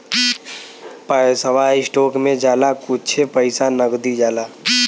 पैसवा स्टोक मे जाला कुच्छे पइसा नगदी जाला